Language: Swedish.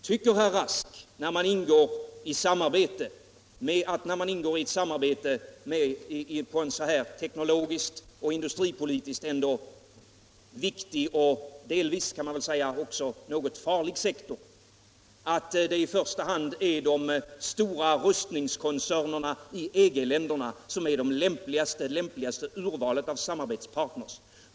Tycker herr Rask att det, när man ingår i ett samarbete på en teknologiskt och industripolitiskt viktig och delvis, kan man väl säga, farlig sektor, i första hand är de stora rustningskoncernerna i EG-länderna som är det lämpligaste urvalet av samarbetspartners?